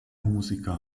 musiker